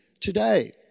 today